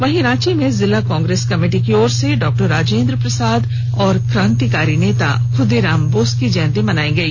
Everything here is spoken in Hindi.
वहीं रांची में जिला कांग्रेस कमिटी की ओर से डॉ राजेन्द्र प्रसाद और कांतिकारी नेता खुदीराम बोस की जयंती मनाई गई